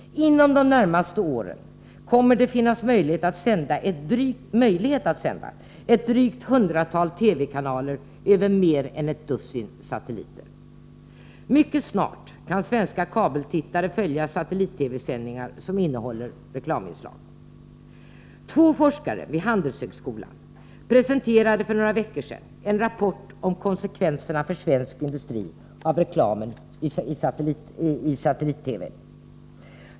Inom de närmaste åren kommer det att finnas möjlighet att sända program i drygt hundratalet TV-kanaler över mer än ett dussin satelliter. Mycket snart kan svenska kabeltittare följa satellit-TV-sändningar som innehåller reklaminslag. Två forskare vid Handelshögskolan presenterade för några veckor sedan en rapport om konsekvenserna för svensk industri av reklam i satellit-TV.